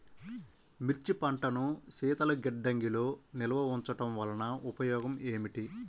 మిర్చి పంటను శీతల గిడ్డంగిలో నిల్వ ఉంచటం వలన ఉపయోగం ఏమిటి?